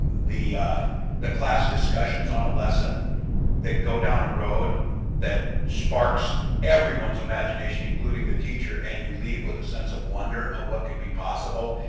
um the the class discussions on a lesson that go down a road that sparks everyone's imagination, including the teacher, and you leave with a sense of wonder of what could be possible,